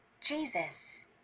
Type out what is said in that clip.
Jesus